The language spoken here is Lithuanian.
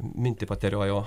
mintį pateriojau